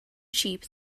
cheap